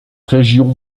région